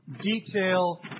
detail